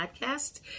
podcast